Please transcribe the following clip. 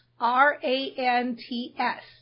R-A-N-T-S